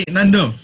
Nando